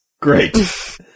Great